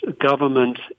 government